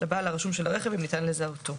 הרשום של הרכב אם ניתן לזהותו.